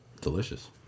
delicious